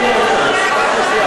יש דווקא אחד משם.